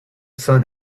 sun